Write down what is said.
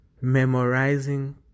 memorizing